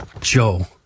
Joe